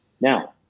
Now